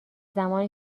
زمانی